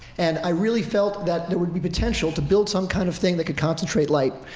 and i really felt that there would be potential to build some kind of thing that could concentrate light.